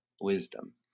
wisdom